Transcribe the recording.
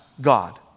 God